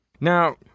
Now